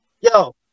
Yo